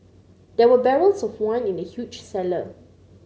there were barrels of wine in the huge cellar